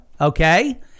okay